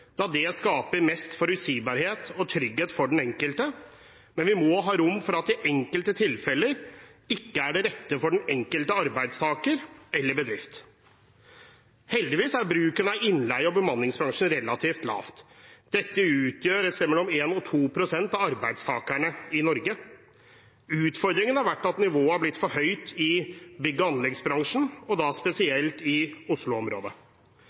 da det skaper mest forutsigbarhet og trygghet for den enkelte, men vi må ha rom for at det i enkelte tilfeller ikke er det rette for den enkelte arbeidstaker eller bedrift. Heldigvis er bruken av innleie og bemanningsbransjen relativt lav. Det utgjør et sted mellom 1 og 2 pst. av arbeidstakerne i Norge. Utfordringen har vært at nivået har blitt for høyt i bygg- og anleggsbransjen, og da spesielt i